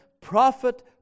prophet